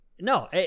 No